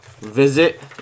visit